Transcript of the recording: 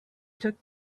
took